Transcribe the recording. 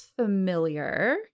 familiar